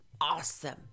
Awesome